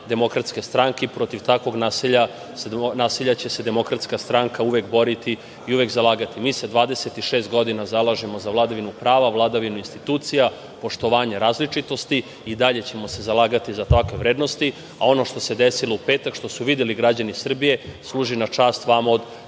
pripadnicima DS i protiv takvog nasilja će se DS uvek boriti i uvek zalagati. Mi se 26 godina zalažemo za vladavinu prava, vladavinu institucija, poštovanje različitosti i dalje ćemo se zalagati za takve vrednosti, a ono što se desilo u petak, što su videli građani Srbije služi na čast vama od